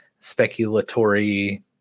speculatory